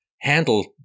handle